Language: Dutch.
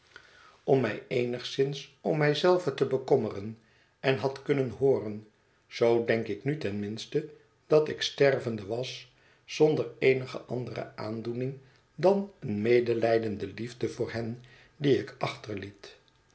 om mij eenigszins om mij zelve te bekommeren en had kunnen hooren zoo denk ik nu ten minste dat ik stervende was zonder eenige andere aandoening dan een medelijdende liefde voor hen die ik